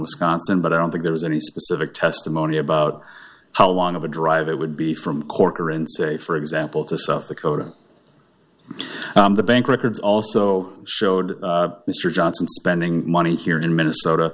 wisconsin but i don't think there was any specific testimony about how long of a drive it would be from corcoran say for example to south dakota the bank records also showed mr johnson spending money here in minnesota